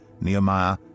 Nehemiah